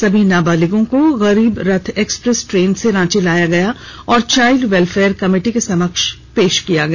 सभी नाबालिगों को गरीब रथ एक्सप्रेस ट्रेन से रांची लाया गया और चाईल्ड वेल्फेयर कमिटी के समक्ष पेश किया गया